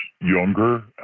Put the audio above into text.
younger